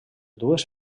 dues